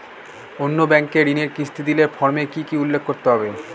অন্য ব্যাঙ্কে ঋণের কিস্তি দিলে ফর্মে কি কী উল্লেখ করতে হবে?